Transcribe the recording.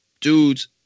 dudes